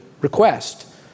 request